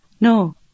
No